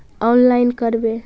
Online करवे?